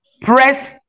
Press